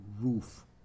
roof